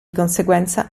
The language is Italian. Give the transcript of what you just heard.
conseguenza